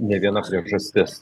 ne viena priežastis